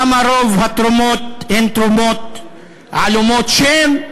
למה רוב התרומות הן תרומות עלומות שם?